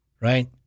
Right